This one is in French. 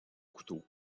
couteau